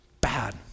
bad